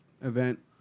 event